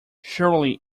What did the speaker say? surely